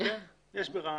יש ברעננה.